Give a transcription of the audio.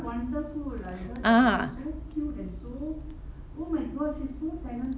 ah